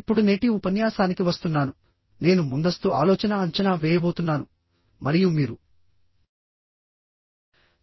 ఇప్పుడు నేటి ఉపన్యాసానికి వస్తున్నాను నేను ముందస్తు ఆలోచన అంచనా వేయబోతున్నాను మరియు మీరు